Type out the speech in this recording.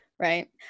Right